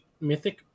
mythic